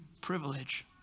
privilege